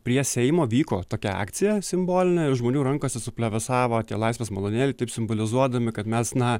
prie seimo vyko tokia akcija simbolinė ir žmonių rankose suplevėsavo tie laisvės malūnėliai taip simbolizuodami kad mes na